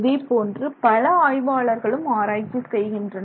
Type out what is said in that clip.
இதேபோன்று பல ஆய்வாளர்களும் ஆராய்ச்சி செய்கின்றனர்